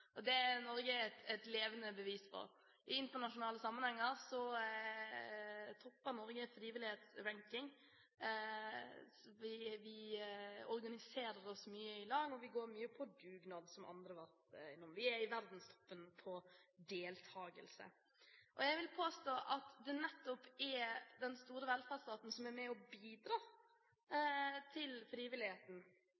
Det er Norge et levende bevis på. I internasjonale sammenhenger topper Norge frivillighetsrankingen. Vi organiserer oss mye i lag, og vi har mye dugnad, som andre har vært inne på. Vi er i verdenstoppen når det gjelder deltakelse. Jeg vil påstå at det nettopp er den store velferdsstaten som er med